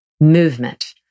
movement